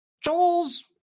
joel's